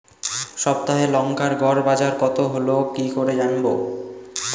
সপ্তাহে লংকার গড় বাজার কতো হলো কীকরে জানবো?